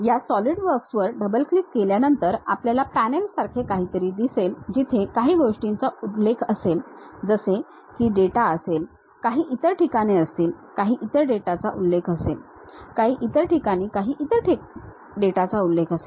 या सॉलिडवर्क्सवर double click केल्यानंतर आपल्याला पॅनेल सारखे काहीतरी दिसेल जिथे काही गोष्टींचा उल्लेख असेल जसे की डेटा असेल काही इतर ठिकाणे असतील काही इतर डेटाचा उल्लेख असेल काही इतर ठिकाणी काही इतर डेटाचा उल्लेख असेल